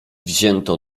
wzięto